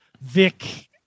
Vic